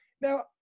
now